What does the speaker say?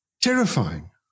terrifying